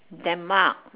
denmark